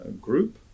group